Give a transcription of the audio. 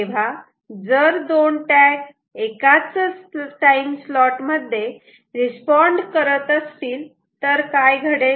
तेव्हा जर दोन टॅग एकाच टाईम स्लॉट मध्ये रिस्पोंड करत असतील तर काय घडेल